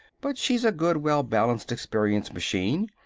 but she's a good, well-balanced, experienced machine.